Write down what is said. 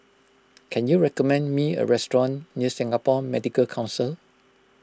can you recommend me a restaurant near Singapore Medical Council